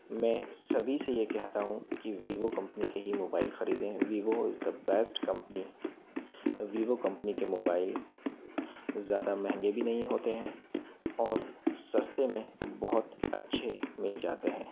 मैं सभी से ये कहता हूँ कि वीवो कंपनी के ही मोबाइल ख़रीदें Vivo is the best company Vivo company के मोबाइल ज़्यादा महंगे भी नहीं होते हैं और सस्ते में बहुत अच्छे मिल जाते हैं